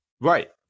right